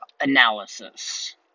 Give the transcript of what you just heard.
analysis